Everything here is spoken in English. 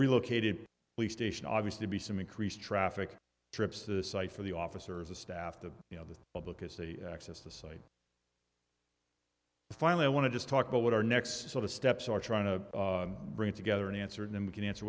relocated police station obviously be some increased traffic trips to the site for the officers to staff the you know the public has access to site finally i want to just talk about what our next steps are trying to bring together an answer and then we can answer